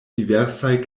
diversaj